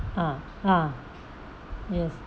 ah ah yes